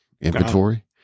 inventory